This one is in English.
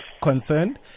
concerned